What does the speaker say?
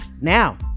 Now